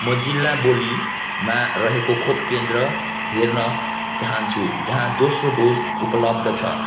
म जिल्ला बोलीमा रहेको खोप केन्द्र हेर्न चाहन्छु जहाँ दोस्रो डोज उपलब्ध छ